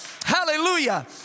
Hallelujah